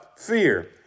Fear